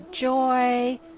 joy